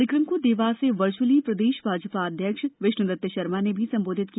कार्यक्रम को देवास से वर्चुअली प्रदेश भाजपा अध्यक्ष विष्णुदत्त शर्मा ने भी संबोधित किया